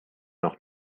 noch